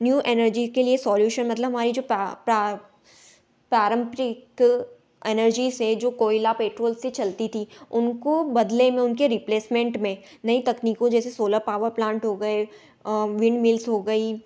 new energy के लिए solution मतलब हमारे जो पा प्रा पारंपरिक नर्जी से जो कोयला पेट्रौल से चलती थी उनको बदले में उनके रिपलेसमेंट में नई तकनीकों जैसे सोलर पावर प्लांट हो गए विंड मिल्स हो गई